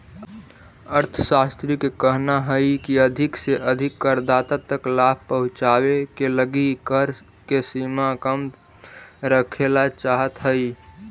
अर्थशास्त्रि के कहना हई की अधिक से अधिक करदाता तक लाभ पहुंचावे के लगी कर के सीमा कम रखेला चाहत हई